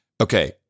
Okay